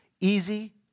easy